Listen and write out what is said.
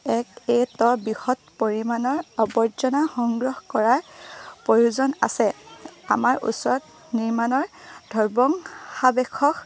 এক এ ত বৃহৎ পৰিমাণৰ আৱৰ্জনা সংগ্ৰহ কৰাৰ প্ৰয়োজন আছে আমাৰ ওচৰত নিৰ্মাণৰ ধ্বংসাবশেষ